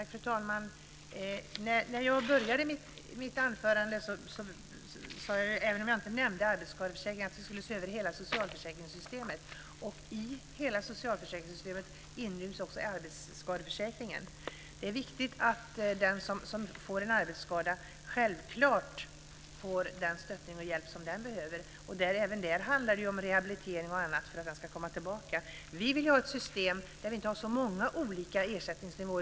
Fru talman! När jag inledde mitt anförande sade jag, även om jag inte nämnde arbetsskadeförsäkringen, att vi skulle se över hela socialförsäkringssystemet. I hela det systemet inryms också arbetsskadeförsäkringen. Det är viktigt att den som får en arbetsskada självfallet får den stöttning och hjälp som den behöver. Även där handlar det om rehabilitering och annat för att man ska kunna komma tillbaka. Vi vill ha ett system där det inte finns så många olika ersättningsnivåer.